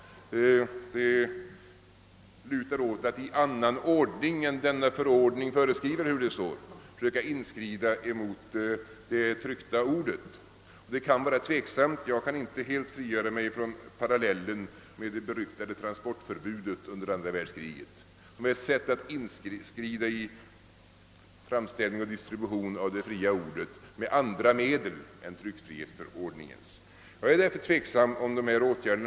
Det lutar åt att »i annan ordning än denna förordning föreskriver», eller .hur det nu heter, försöka inskrida mot det tryckta ordet och det kan vara tveksamt. Jag kan inte helt frigöra mig från parallellen med det beryktade transportförbudet under andra världskriget som ett sätt att inskrida mot framställning och distribution av det fria ordet med andra medel än tryckfrihetsförordningens. Jag ställer mig alltså tveksam till dessa åtgärder.